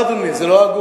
לא, אדוני, זה לא הגון.